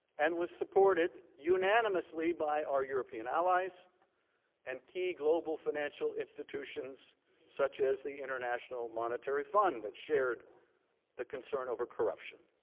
and was supported unanimously by the european allies and key global financial institutions such as the international monetary fund that shared the concern over corruption.